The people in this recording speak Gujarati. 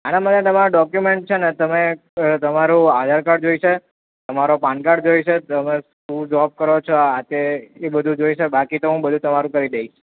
અના માટે તમારે ડોક્યુમેન્ટ છે ને તમે તમારું આધારકાર્ડ જોઈશે તમારો પાનકાર્ડ જોઈશે તમે શું જોબ કરો છો આ તે એ બધુ જોઈશે બાકી તો હું બધુ તમારું કરી દઇશ